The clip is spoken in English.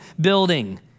building